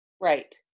Right